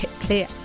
clear